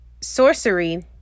sorcery